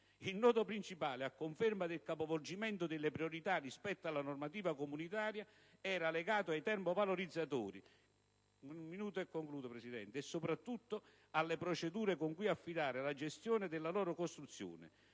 Il nodo principale, a conferma del capovolgimento delle priorità rispetto alla normativa comunitaria, era legato ai termovalorizzatori, e soprattutto alle procedure con cui affidare la gestione della loro costruzione.